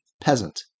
peasant